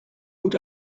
hoed